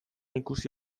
ikusi